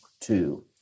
two